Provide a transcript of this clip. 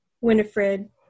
Winifred